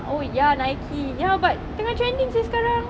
oh ya Nike ya but tengah trending seh sekarang